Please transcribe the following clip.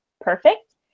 perfect